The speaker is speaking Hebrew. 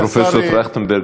פרופסור טרכטנברג,